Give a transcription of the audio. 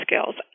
skills